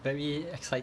very excite